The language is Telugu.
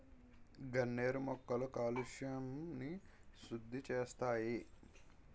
గన్నేరు మొక్కలు కాలుష్యంని సుద్దిసేస్తాయి